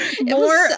more